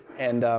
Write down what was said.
and